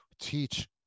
teach